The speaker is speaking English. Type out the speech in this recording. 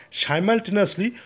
simultaneously